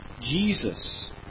Jesus